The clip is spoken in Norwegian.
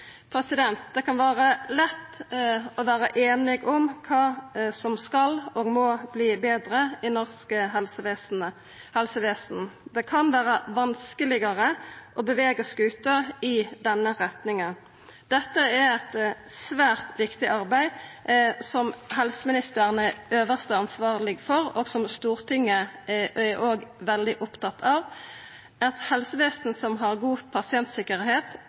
Det kan vera lett å vera einige om kva som skal og må verta betre i norsk helsevesen, men det kan vera vanskelegare å bevega skuta i den retninga. Dette er eit svært viktig arbeid, som helseministeren er den øvste ansvarlege for, og som Stortinget er veldig opptatt av. Eit helsevesen som har god pasientsikkerheit,